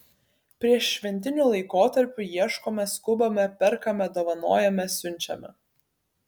prieššventiniu laikotarpiu ieškome skubame perkame dovanojame siunčiame